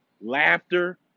laughter